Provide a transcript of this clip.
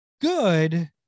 good